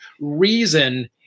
reason